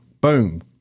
boom